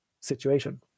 situation